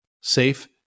safe